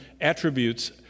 attributes